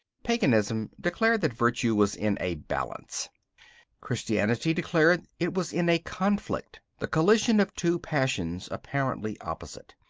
paganism declared that virtue was in a balance christianity declared it was in a conflict the collision of two passions apparently opposite.